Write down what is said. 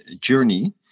journey